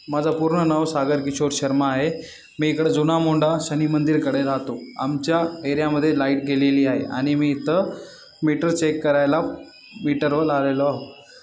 माझं पूर्ण नाव सागर किशोर शर्मा आहे मी इकडं जुना मोंडा शनि मंदिरकडे राहतो आमच्या एरियामध्ये लाईट गेलेली आहे आणि मी इथं मीटर चेक करायला मीटरवर